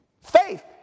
faith